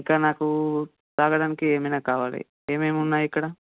ఇంకా నాకు తాగడానికి ఏమైనా కావాలి ఏం ఏం ఉన్నాయి ఇక్కడ